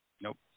nope